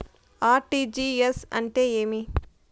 RTGS అంటే ఏమి?